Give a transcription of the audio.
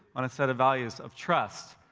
on a set of values of trust,